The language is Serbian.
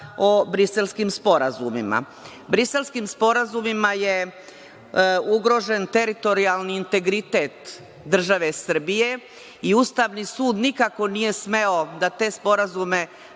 o Briselskim sporazumima. Briselskim sporazumima je ugrožen teritorijalni integritet države Srbije i Ustavni sud nikako nije smeo da te sporazume